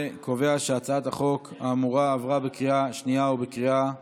אני קובע שהצעת החוק האמורה עברה בקריאה שנייה ובקריאה שלישית,